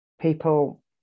people